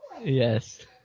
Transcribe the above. Yes